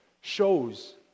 shows